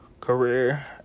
career